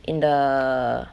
in the